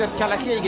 ah telecom.